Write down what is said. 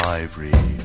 ivory